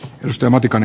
risto matikan